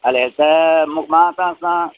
हले अ त मां तव्हां सां